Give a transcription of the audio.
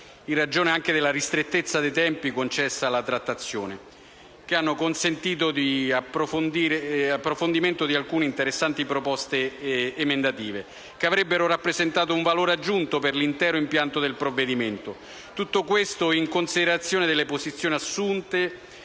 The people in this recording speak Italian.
in ragione anche della ristrettezza dei tempi concessa alla trattazione, che hanno consentito l'approfondimento di alcune interessanti proposte emendative che avrebbero rappresentato un valore aggiunto per l'intero impianto del provvedimento. Tutto questo in considerazione delle posizioni assunte